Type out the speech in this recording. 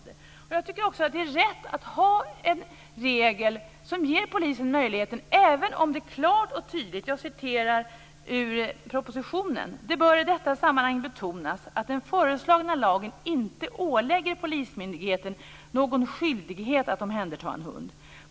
Det är rätt att ha en regel som ger polisen denna möjlighet. I propositionen framgår det klart och tydligt att det i detta sammanhang bör betonas att den föreslagna lagen inte ålägger polismyndigheten någon skyldighet att omhänderta en hund.